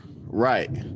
Right